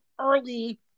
early